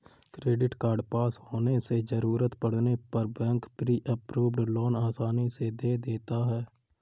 credit card पास होने से जरूरत पड़ने पर बैंक प्री अप्रूव्ड लोन आसानी से दे देता है